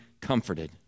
comforted